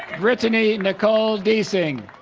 brittany nicole deesing